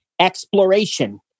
exploration